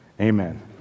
Amen